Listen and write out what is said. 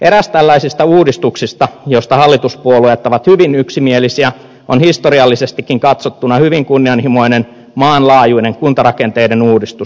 eräs tällaisista uudistuksista joista hallituspuolueet ovat hyvin yksimielisiä on historiallisestikin katsottuna hyvin kunnianhimoinen maanlaajuinen kuntarakenteiden uudistus